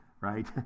right